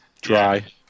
dry